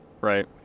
Right